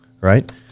right